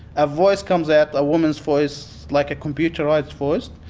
a voice comes out, a woman's voice like a computerised voice,